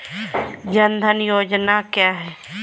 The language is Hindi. जनधन योजना क्या है?